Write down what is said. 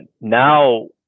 now